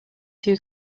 two